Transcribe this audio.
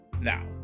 Now